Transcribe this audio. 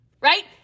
right